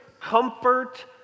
comfort